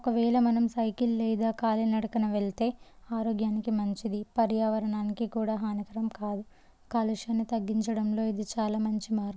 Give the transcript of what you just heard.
ఒకవేళ మనం సైకిల్ లేదా కాలి నడకన వెళ్తే ఆరోగ్యానికి మంచిది పర్యావరణానికి కూడా హానికరం కాదు కాలుష్యాన్ని తగ్గించడంలో ఇది చాలా మంచి మార్గం